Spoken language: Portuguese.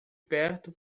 perto